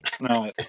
No